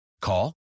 Call